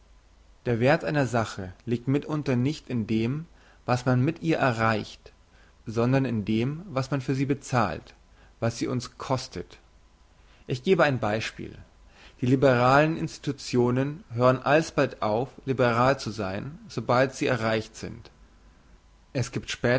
der werth einer sache liegt mitunter nicht in dem was man mit ihr erreicht sondern in dem was man für sie bezahlt was sie uns kostet ich gebe ein beispiel die liberalen institutionen hören alsbald auf liberal zu sein sobald sie erreicht sind es giebt